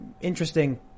interesting